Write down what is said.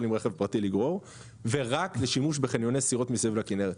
לגרור עם רכב פרטי ורק לשימוש בחניוני סירות מסביב לכנרת.